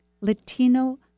Latino